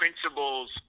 principles